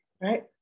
right